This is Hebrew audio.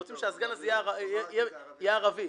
הם רוצים שהסגן הזה יהיה ערבי,